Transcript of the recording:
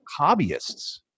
hobbyists